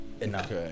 enough